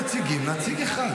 אין פה נציגים, נציג אחד.